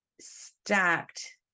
stacked